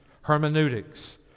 hermeneutics